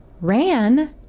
ran